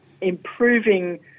improving